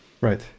Right